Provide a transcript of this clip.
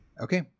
Okay